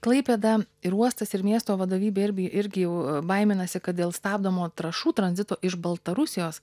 klaipėda ir uostas ir miesto vadovybė irbi irgi jau baiminasi kad dėl stabdomo trąšų tranzito iš baltarusijos